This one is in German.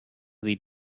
sie